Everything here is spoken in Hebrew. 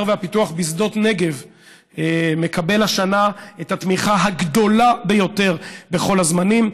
והפיתוח בשדות נגב מקבל השנה את התמיכה הגדולה ביותר בכל הזמנים,